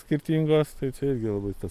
skirtingos tai čia irgi labai tas